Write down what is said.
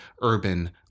urban